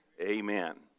amen